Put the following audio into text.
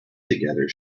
together